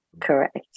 Correct